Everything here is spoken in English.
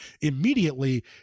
immediately